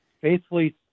faithfully